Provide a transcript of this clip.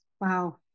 wow